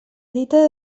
dita